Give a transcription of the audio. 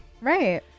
Right